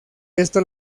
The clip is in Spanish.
esto